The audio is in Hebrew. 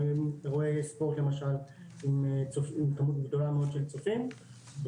על אירועי ספורט למשל עם כמות גדולה מאוד של צופים,